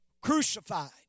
crucified